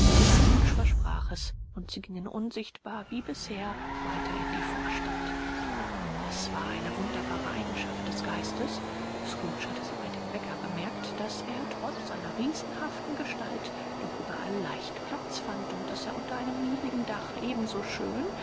versprach es und sie gingen unsichtbar wie bisher weiter in die vorstadt es war eine wunderbare eigenschaft des geistes scrooge hatte sie bei dem bäcker bemerkt daß er trotz seiner riesenhaften gestalt doch überall leicht platz fand und daß er unter einem niedrigen dach ebenso schön